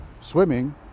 swimming